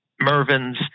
Mervyn's